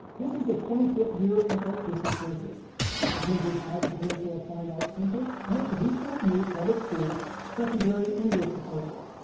this is the twenty fifth year of artistic verses presented by the peninsula fine arts center and newport news public schools' secondary english department.